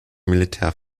militär